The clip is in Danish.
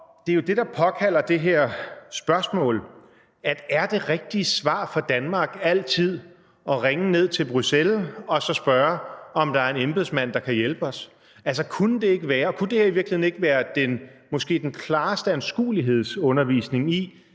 Det er jo det, der påkalder det her spørgsmål: Er det rigtige svar fra Danmark altid at ringe ned til Bruxelles og så spørge, om der er en embedsmand, der kan hjælpe os? Kunne det her i virkeligheden ikke være den måske klareste anskuelighedsundervisning i,